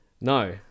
no